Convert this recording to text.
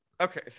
Okay